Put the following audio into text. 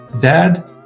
dad